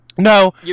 No